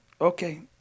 Okay